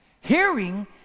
hearing